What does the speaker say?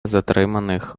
затриманих